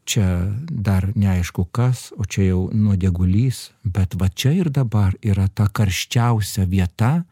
čia dar neaišku kas o čia jau nuodėgulys bet va čia ir dabar yra ta karščiausia vieta